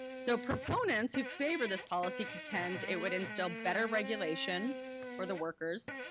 so proponents who favor this policy contend it would instill better regulation for the workers,